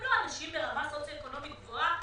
הם לא אנשים ברמה סוציו-אקונומית גבוהה.